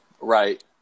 right